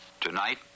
Tonight